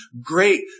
great